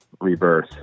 rebirth